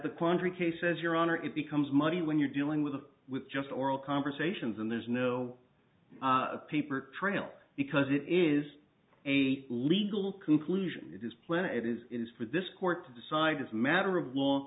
the quandary cases your honor it becomes money when you're dealing with with just oral conversations and there's no peep or trail because it is a legal conclusion this planet is for this court to decide as a matter of law